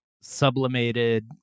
sublimated